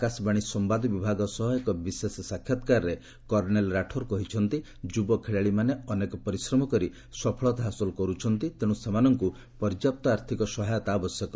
ଆକାଶବାଣୀ ସମ୍ବାଦ ବିଭାଗ ସହ ଏକ ବିଶେଷ ସାକ୍ଷାତ୍କାରରେ କର୍ଣ୍ଣେଲ୍ ରଠୋର୍ କହିଛନ୍ତି ଯୁବଖେଳାଳିମାନେ ଅନେକ ପରିଶ୍ରମ କରି ସଫଳତା ହାସଲ କରୁଛନ୍ତି ତେଣୁ ସେମାନଙ୍କ ପର୍ଯ୍ୟାପ୍ତ ଆର୍ଥକ ସହାୟତା ଆବଶ୍ୟକ